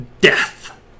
death